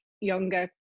younger